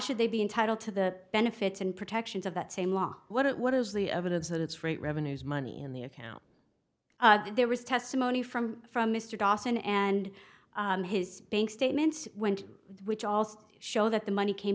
should they be entitled to the benefits and protections of that same law what it what is the evidence that it's rate revenues money in the account there was testimony from from mr dawson and his bank statements went which also show that the money came